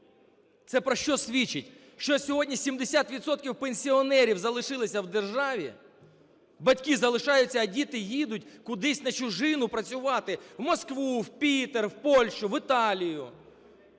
Це про що свідчить? Що сьогодні 70 відсотків пенсіонерів залишилися в державі. Батьки залишаються, а діти їдуть кудись на чужину працювати – в Москву, в Пітер, в Польщу, в Італію.